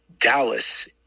Dallas